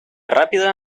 rápida